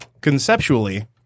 conceptually